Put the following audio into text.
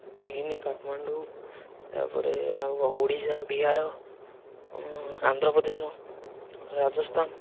ଚିନ୍ କାଠମାଣ୍ଡୁ ତାପରେ ଆଉ ଓଡ଼ିଶା ବିହାର ଆନ୍ଧ୍ରପ୍ରଦେଶ ରାଜସ୍ଥାନ